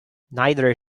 neither